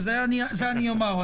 אני מבטיח.